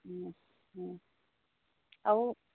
আৰু